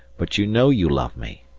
but you know you love me,